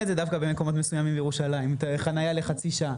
דווקא במקומות מסוימים בירושלים עושים חניה לחצי שעה.